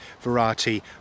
variety